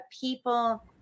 people